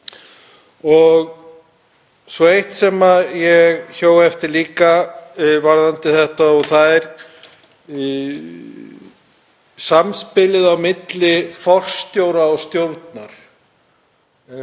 Svo er eitt sem ég hjó líka eftir varðandi þetta og það er samspilið á milli forstjóra og stjórnar.